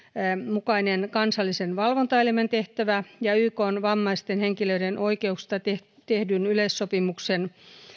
mukainen kansallisen valvontaelimen tehtävä ja ykn vammaisten henkilöiden oikeuksista tehdyn yleissopimuksen